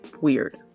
weird